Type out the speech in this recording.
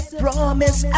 promise